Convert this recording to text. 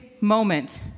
moment